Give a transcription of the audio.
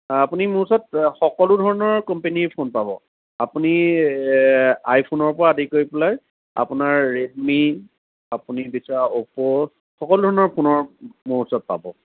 আপুনি মোৰ ওচৰত সকলো ধৰণৰ কোম্পেনীৰ ফোন পাব আপুনি আইফোনৰ পৰা আদি কৰি পেলাই আপোনাৰ ৰেডমি আপুনি বিচৰা অ'প্প' সকলো ধৰণৰ ফোন মোৰ ওচৰত পাব